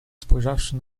spojrzawszy